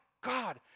God